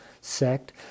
sect